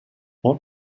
what